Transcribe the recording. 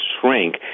shrink